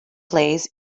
plays